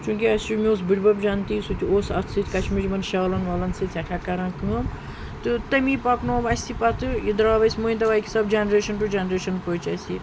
چوٗنٛکہِ اَسہِ چھُ مےٚ اوس بٔڈبَب جنتی سُتہِ اوس اَتھ سۭتۍ کشمیٖر یِمَن شالَن والَن سۭتۍ سٮ۪ٹھاہ کَران کٲم تہٕ تمی پَکنو اَسہِ پَتہٕ یہِ درٛاو اَسہِ مٲنۍ تو أکہِ حِساب جنریشَن ٹُو جَنریشَن پٔچ اَسہِ یہِ